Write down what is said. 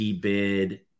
bid